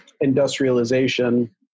industrialization